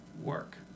work